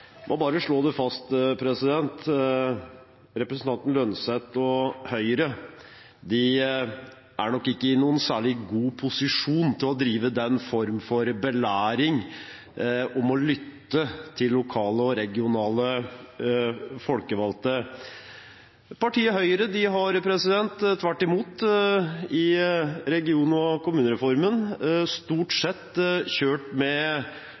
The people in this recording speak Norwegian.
må bare slå det fast: Representanten Holm Lønseth og Høyre er nok ikke i noen særlig god posisjon til å drive med den form for belæring – om å lytte til lokale og regionale folkevalgte. Tvert imot, partiet Høyre har i kommune- og regionreformen stort sett kjørt med